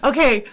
Okay